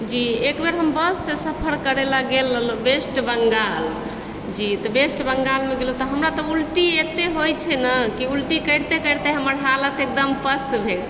जी एकबेर हम बससँ सफर करै लऽ गेल रहलहुँ वेस्ट बङ्गाल जी तऽ वेस्ट बङ्गालमे गेलहुँ तऽ हमरा तऽ उल्टी एते होइ छै ने कि उल्टी करिते करिते हमर हालत एकदम पस्त भेल